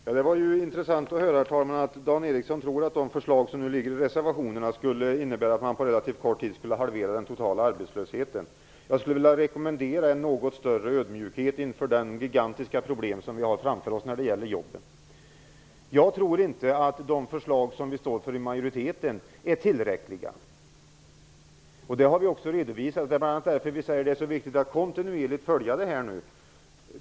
Herr talman! Det var intressant att höra att Dan Ericsson tror att förslagen i reservationerna skulle innebära att man på relativt kort tid skulle halvera den totala arbetslösheten. Jag skulle rekommendera en något större ödmjukhet inför det gigantiska problem vi har framför oss när det gäller jobben. Jag tror inte att de förslag som vi i majoriteten står för är tillräckliga. Det har vi också redovisat. Det är bl.a. därför vi säger att det är så viktigt att kontinuerligt följa utvecklingen.